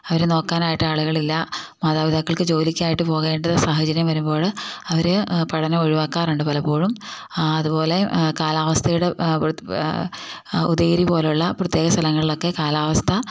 അവരെ നോക്കാനായിട്ട് ആളുകൾ ഇല്ല മാതാപിതാക്കൾക്ക് ജോലിക്കായിട്ട് പോകേണ്ട ഒരു സാഹചര്യം വരുമ്പോൾ അവർ പഠനം ഒഴിവാക്കാറുണ്ട് പലപ്പോഴും അതുപോലെ കാലാവസ്ഥയുടെ ഉദയഗിരി പോലെയുള്ള പ്രത്യേക സ്ഥലങ്ങളിലൊക്കെ കാലാവസ്ഥ